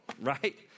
right